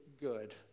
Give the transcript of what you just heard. good